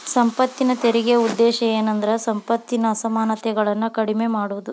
ಸಂಪತ್ತಿನ ತೆರಿಗೆ ಉದ್ದೇಶ ಏನಂದ್ರ ಸಂಪತ್ತಿನ ಅಸಮಾನತೆಗಳನ್ನ ಕಡಿಮೆ ಮಾಡುದು